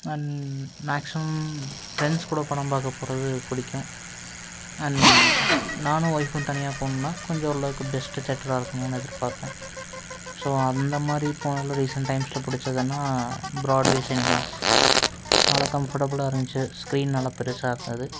and maximum friends கூட படம் பார்க்க போகிறது பிடிக்கும் அண்ட் நானும் ஒய்ஃபும் தனியாக போணும்னா கொஞ்சம் ஓரளவுக்கு பெஸ்ட்டு தேட்டராக இருக்கணும்னு எதிர்பாப்பேன் ஸோ அந்த மாதிரி போனதில் ரீசண்ட் டைம்ஸில் பிடிச்சதுன்னா ப்ராட்வே சினிமாஸ் நல்லா கம்ஃபர்டபிளா இருந்துச்சி ஸ்க்ரீன் நல்லா பெருசாக இருந்தது